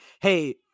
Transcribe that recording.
hey